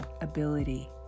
ability